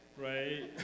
right